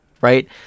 right